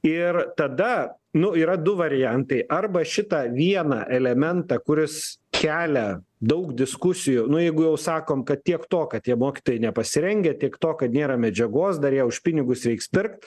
ir tada nu yra du variantai arba šitą vieną elementą kuris kelia daug diskusijų nu jeigu jau sakom kad tiek to kad tie mokytojai nepasirengę tiek to kad nėra medžiagos dar ją už pinigus reiks pirkt